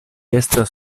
estas